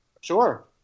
Sure